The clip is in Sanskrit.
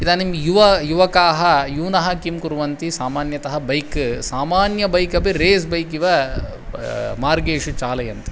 इदानीं युवा युवकाः यूनः किं कुर्वन्ति सामान्यतः बैक् सामान्यं बैक् अपि रेस् बैक् इव मार्गेषु चालयन्ति